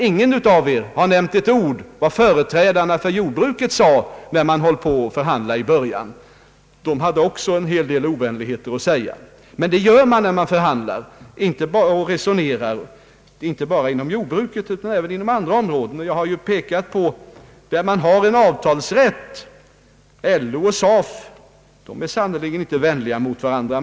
Ingen av er har nämnt ett ord om vad jordbrukets företrädare sade i början av förhandlingarna. De hade också en hel del »ovänligheter» att komma med Men så går det till när man förhandlar och resonerar, inte bara på jordbrukets område utan även på andra. Jag har pekat på att där det finns en avtalsrätt — LO—SAF-området — är parterna sannerligen inte vänliga mot varandra.